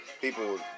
people